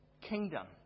kingdom